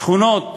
שכונות